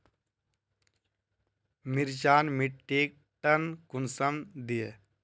मिर्चान मिट्टीक टन कुंसम दिए?